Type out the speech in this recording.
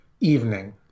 evening